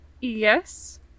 Yes